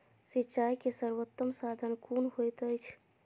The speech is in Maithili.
सिंचाई के सर्वोत्तम साधन कुन होएत अछि?